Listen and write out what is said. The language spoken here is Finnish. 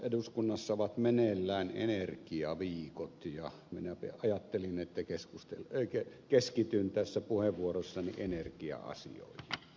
eduskunnassa ovat meneillään energiaviikot ja minä ajattelin että keskityn tässä puheenvuorossani energia asioihin